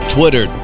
Twitter